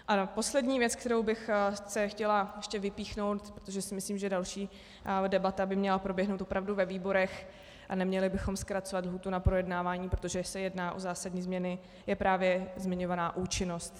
A poslední věc, kterou bych chtěla ještě vypíchnout, protože si myslím, že další debata by měla proběhnout opravdu ve výborech a neměli bychom zkracovat lhůtu na projednávání, protože se jedná o zásadní změny, je právě zmiňovaná účinnost.